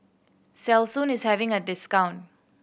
Selsun is having a discount